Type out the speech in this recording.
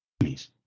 enemies